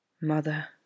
mother